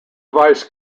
vice